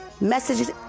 Messages